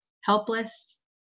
helpless